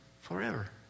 forever